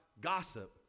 gossip